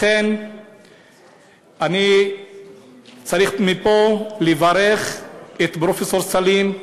לכן אני צריך לברך מפה את פרופסור סלים,